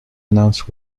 announced